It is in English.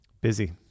Busy